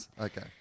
Okay